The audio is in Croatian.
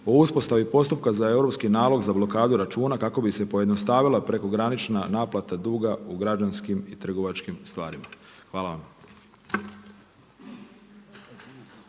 o uspostavi postupka za europski nalog za blokadu računa kako bi se pojednostavila prekogranična naplata duga u građanskim i trgovačkim stvarima. Hvala vam.